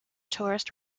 tourist